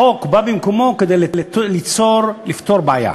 החוק במקומו, בא כדי לפתור בעיה.